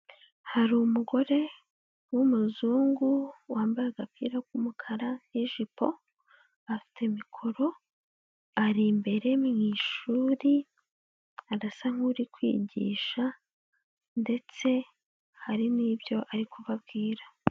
Hari umugore w'umuzungu, wambaye agapira k'umukara n'ijipo. Afite mikoro ari imbere mu ishuri, arasa nk'uri kwigisha ndetse hari ibyo ari kubabwira.